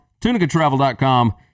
tunicatravel.com